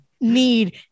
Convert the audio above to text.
need